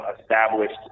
established